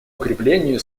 укреплению